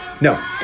No